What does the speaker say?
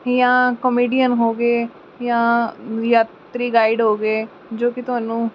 ਜਾਂ ਕੋਮੇਡੀਅਨ ਹੋ ਗਏ ਜਾਂ ਯਾਤਰੀ ਗਾਈਡ ਹੋ ਗਏ ਜੋ ਕਿ ਤੁਹਾਨੂੰ